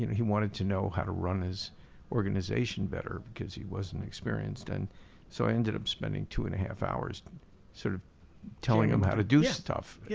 you know he wanted to know how to run his organization better because he wasn't experienced. and so i ended up spending two and a half hours sort of telling him how to do stuff. yeah